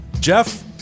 Jeff